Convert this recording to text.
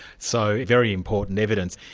so, very important evidence,